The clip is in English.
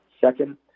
Second